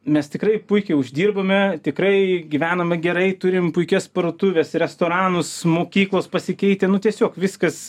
mes tikrai puikiai uždirbame tikrai gyvename gerai turim puikias parduotuves restoranus mokyklos pasikeitę nu tiesiog viskas